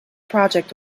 project